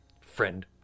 friend